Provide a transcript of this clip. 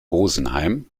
rosenheim